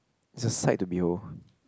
it's a sight to behold